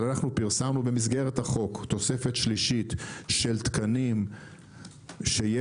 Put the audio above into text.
אנחנו פרסמנו במסגרת החוק תוספת שלישית של תקנים שיש